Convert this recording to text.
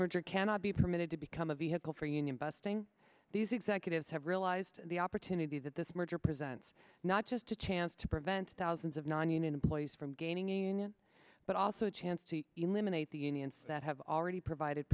merger cannot be permitted to become a vehicle for union busting these executives have realized the opportunity that this merger presents not just a chance to prevent thousands of nonunion employees from gaining a union but also a chance to see you limit the unions that have already provided